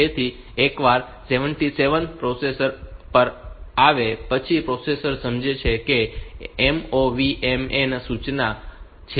તેથી એકવાર 77 પ્રોસેસર પર આવે પછી પ્રોસેસર સમજશે કે તે MOV MA સૂચના છે